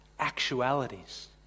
Actualities